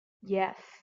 yes